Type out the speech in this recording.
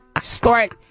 start